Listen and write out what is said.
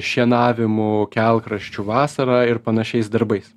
šienavimu kelkraščių vasarą ir panašiais darbais